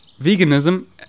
veganism